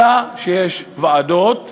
אלא יש ועדות מרחביות,